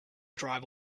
driver